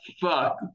fuck